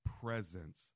presence